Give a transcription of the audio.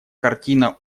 картина